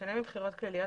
בשונה מבחירות כלליות,